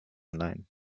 line